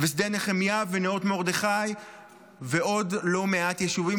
שדה נחמיה ונאות מרדכי ועוד לא מעט יישובים